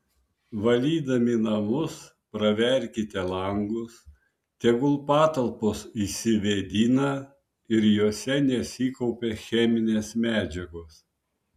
valydami namus praverkite langus tegul patalpos išsivėdina ir jose nesikaupia cheminės medžiagos